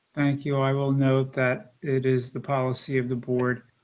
thank you. i will note that it is the policy of the board.